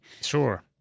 Sure